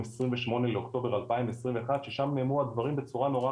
28 לאוקטובר 2021 ששם נאמרו הדברים בצורה נורא,